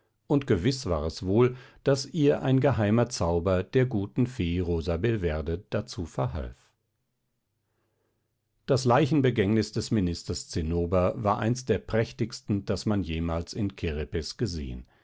und gewiß war es wohl daß ihr ein geheimer zauber der guten fee rosabelverde dazu verhalf das leichenbegängnis des ministers zinnober war eins der prächtigsten das man jemals in kerepes gesehen